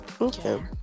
Okay